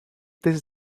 this